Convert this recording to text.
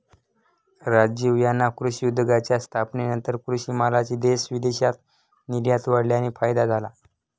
राजीव यांना कृषी उद्योगाच्या स्थापनेनंतर कृषी मालाची देश विदेशात निर्यात वाढल्याने फायदा झाला